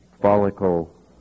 follicle